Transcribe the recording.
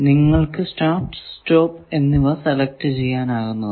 നിങ്ങൾക്കു start stop എന്നിവ select ചെയ്യാനാകുന്നതാണ്